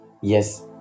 Yes